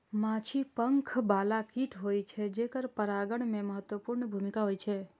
माछी पंख बला कीट होइ छै, जेकर परागण मे महत्वपूर्ण भूमिका होइ छै